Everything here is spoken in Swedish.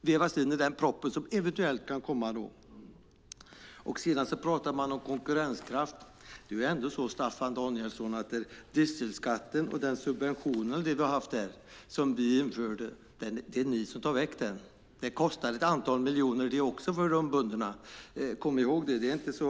vävas in i den proposition som eventuellt kan komma. Det talades också om konkurrenskraft. Vad gäller subventionen av drivmedelsskatt, som vi införde, tar ni bort den, Staffan Danielsson. Det kostar ett antal miljoner för bönderna. Kom ihåg det!